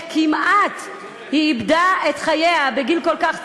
היא כמעט איבדה את חייה בגיל כל כך צעיר.